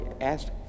asked